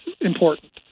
important